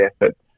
efforts